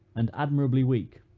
and admirably weak.